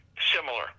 similar